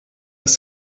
ist